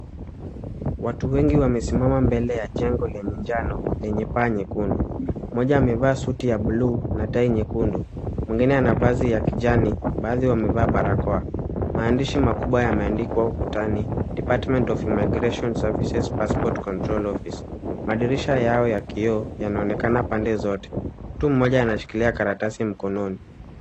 Watu wengi wamesimama mbele ya jengo lenye njano lenye paa nyekundu. Moja amevaa suti ya bluu na tai nyekundu, mwingine ana vazi ya kijani baadhi wamevaa barakoa. Maandishi makubwa yameandikwa ukutani Department of Immigration Service Passport Control Office . Madirisha yao ya kioo yanaonekana pande zote, mtu mmoja anashikilia karatasi mkononi.